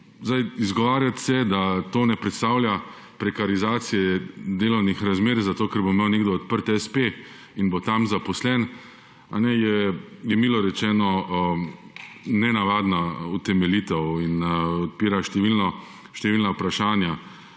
Izgovarjati se, da to ne predstavlja prekarizacije delovnih razmer zato, ker bo imel nekdo odprte espe in bo tam zaposlen, je milo rečeno, nenavadna utemeljitev in odpira številna vprašanja